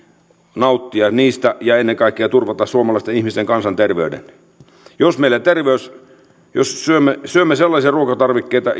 nauttia siitä ja ennen kaikkea turvata suomalaisten ihmisten kansanterveyden jos me syömme itseemme päivittäin sellaisia ruokatarvikkeita